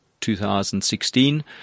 2016